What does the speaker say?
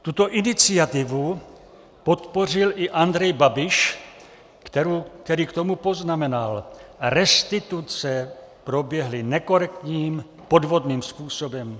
Tuto iniciativu podpořil i Andrej Babiš, který k tomu poznamenal: Restituce proběhly nekorektním, podvodným způsobem.